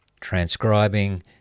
transcribing